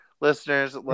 listeners